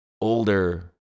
older